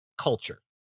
culture